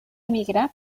emigrar